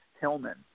Tillman